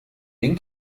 den